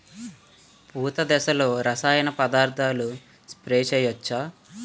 పూత దశలో రసాయన పదార్థాలు స్ప్రే చేయచ్చ?